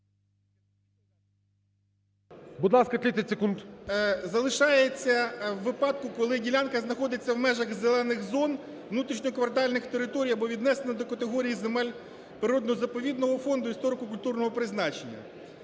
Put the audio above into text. …залишається у випадку, коли ділянка знаходиться в межах зелених зон внутрішньо квартальних територій або віднесена до категорії земель природно-заповідного фонду історико-культурного призначення.